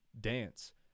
dance